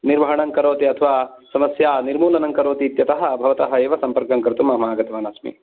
निर्वहणं करोति अथवा समस्यानर्मूलनं करोति इत्यतः भवतः एव सम्पर्कं कर्तुमहमागतवानस्मि